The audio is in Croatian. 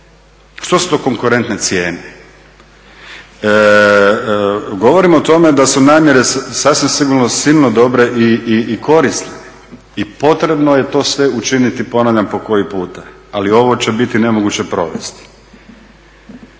Što su to konkurentne cijene? Govorim o tome da su namjere sasvim sigurno silno dobre i korisne i potrebno je to sve učiniti, ponavljam po koji puta. Ali ovo će biti nemoguće provesti.